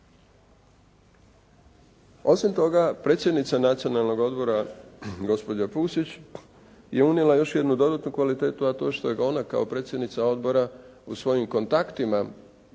Osim toga, predsjednica Nacionalnog odbora gospođa Pusić je unijela još jednu kvalitetu, a to je što ga ona kao predsjednica odbora u svojim kontaktima